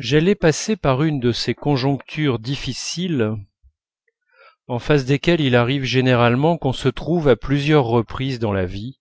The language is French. j'allais passer par une de ces conjonctures difficiles en face desquelles il arrive généralement qu'on se trouve à plusieurs reprises dans la vie